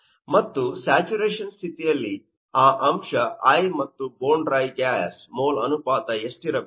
ಮತ್ತು ಸ್ಯಾಚುರೇಶನ್ ಸ್ಥಿತಿಯಲ್ಲಿ ಆ ಅಂಶ iʼ ಮತ್ತು ಬೋನ್ ಡ್ರೈ ಗ್ಯಾಸ್ ಮೋಲ್ ಅನುಪಾತ ಎಷ್ಷಿರಬೇಕು